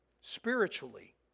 Spiritually